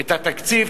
את התקציב,